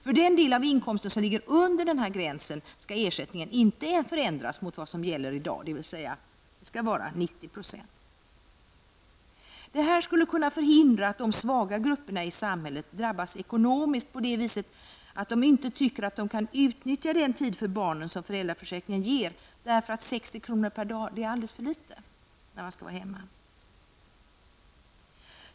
För den del av inkomsten som ligger under denna gräns skall ersättningen inte förändras mot vad som gäller i dag, dvs. den skall vara 90 %. Det här skulle kunna förhindra att de svaga grupperna i samhället drabbas ekonomiskt på det viset att de inte tycker att de kan utnyttja den tid för barnen som föräldraförsäkringen ger, därför att 60 kr. per dag är alldeles för litet när man skall vara hemma.